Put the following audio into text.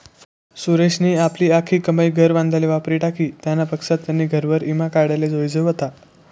सुरेशनी आपली आख्खी कमाई घर बांधाले वापरी टाकी, त्यानापक्सा त्यानी घरवर ईमा काढाले जोयजे व्हता